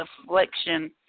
affliction